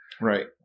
Right